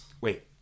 Wait